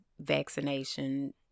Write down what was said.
vaccination